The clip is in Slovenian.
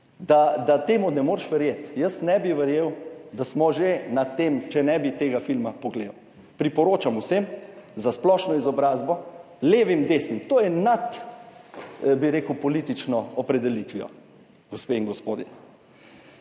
da temu ne moreš verjeti. Jaz ne bi verjel, da smo že na tem, če ne bi pogledal tega filma. Priporočam vsem za splošno izobrazbo, levim, desnim, to je nad politično opredelitvijo, gospe in gospodje.